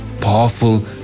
powerful